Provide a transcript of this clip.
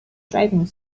driving